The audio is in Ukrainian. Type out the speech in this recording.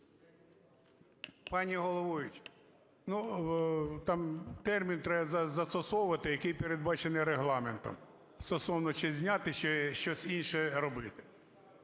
Пані головуюча, ну, там термін треба застосовувати, який передбачений Регламентом, стосовно чи зняти, чи щось інше робити,